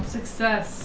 Success